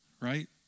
right